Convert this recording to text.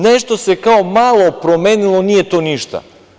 Nešto se kao malo promenilo, nije to ništa.